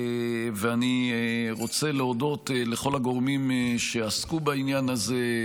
ואני רוצה להודות לכל הגורמים שעסקו בעניין הזה,